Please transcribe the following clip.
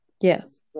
Yes